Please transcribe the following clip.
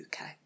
uk